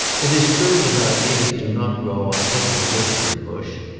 it is true that ideas do not grow on every gooseberry bush,